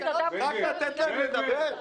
רק לה לתת לדבר?